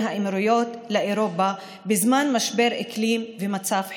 האמירויות לאירופה בזמן משבר אקלים ומצב חירום.